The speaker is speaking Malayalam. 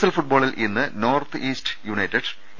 എൽ ഫുട്ബോളിൽ ഇന്ന് നോർത്ത് ഈസ്റ്റ് യുണൈറ്റഡ് എ